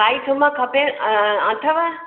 साई थूम खपे अथव